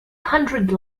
hundred